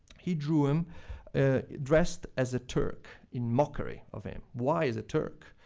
he drew him dressed as a turk in mockery of him. why as a turk?